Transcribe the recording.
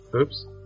Oops